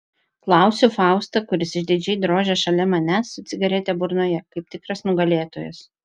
klausiu faustą kuris išdidžiai drožia šalia manęs su cigarete burnoje kaip tikras nugalėtojas